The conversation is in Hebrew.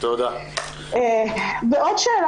עוד שאלה,